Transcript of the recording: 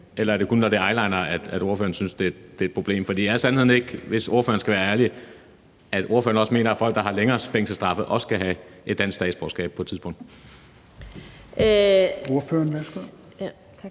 eller er det kun, når det drejer sig om eyelinere, at ordføreren synes det er et problem? For er sandheden ikke, hvis ordføreren skal være ærlig, at ordføreren også mener, at folk, der har længere fængselsstraffe, også skal have et dansk statsborgerskab på et tidspunkt?